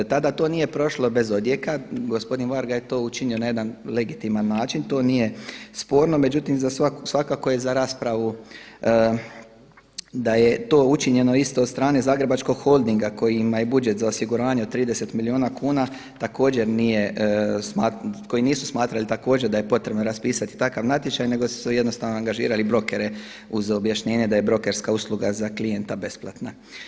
Tada to nije prošlo bez odjeka, gospodin Varga je to učinio na jedan legitiman način, to nije sporno, međutim svakako je za raspravu da je to učinjeno isto od strane Zagrebačkog holdinga kojima je budžet za osiguranje od 30 milijuna kuna također nije, koji nisu smatrali također da je potrebno raspisati takav natječaj nego su jednostavno angažirali brokere uz objašnjenje da je brokerska usluga za klijenta besplatna.